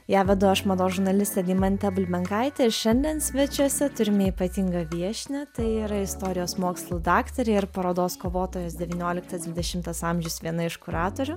ją vedu aš mados žurnalistė deimantė bulbenkaitė šiandien svečiuose turime ypatingą viešnią tai yra istorijos mokslų daktarė ir parodos kovotojos devynioliktas dvidešimtas amžius viena iš kuratorių